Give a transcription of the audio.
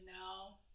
now